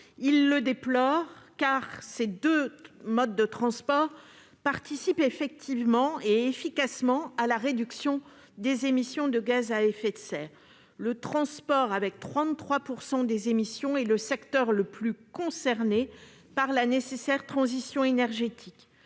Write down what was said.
Ils le déplorent, car ces deux modes de transport participent efficacement à la réduction des émissions de gaz à effet de serre. Le transport, avec 33 % des émissions, est le secteur le plus concerné par la nécessaire transition énergétique.